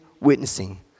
witnessing